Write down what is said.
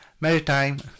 maritime